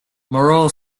mural